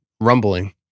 rumbling